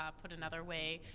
ah put another way,